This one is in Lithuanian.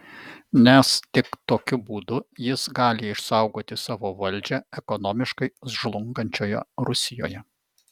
nes tik tokiu būdu jis gali išsaugoti savo valdžią ekonomiškai žlungančioje rusijoje